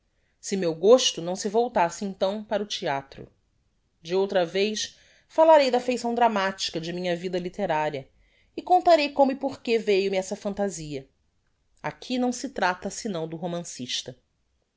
si meu gosto não se voltasse então para o theatro de outra vez fallarei da feição dramatica de minha vida litteraria e contarei como e porque veiu me essa fantazia aqui não se trata senão do romancista